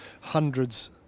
hundreds